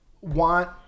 want